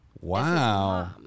Wow